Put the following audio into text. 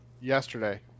yesterday